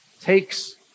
takes